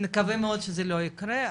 נקווה מאוד שזה לא ייקרה,